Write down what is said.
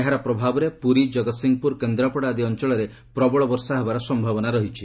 ଏହାର ପ୍ରଭାବରେ ପୁରୀ ଜଗତ୍ସିଂହପୁର କେନ୍ଦ୍ରାପଡ଼ା ଆଦି ଅଞ୍ଚଳରେ ପ୍ରବଳ ବର୍ଷା ହେବାର ସମ୍ଭାବନା ରହିଛି